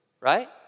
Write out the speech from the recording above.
Right